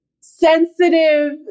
sensitive